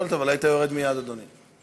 יכולת, אבל היית יורד מייד, אדוני.